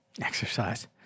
Exercise